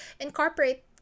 incorporate